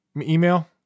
email